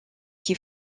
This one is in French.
qui